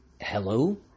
Hello